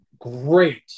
great